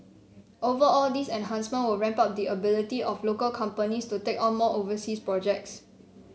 overall these enhancements will ramp up the ability of local companies to take on more overseas projects